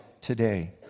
today